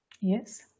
Yes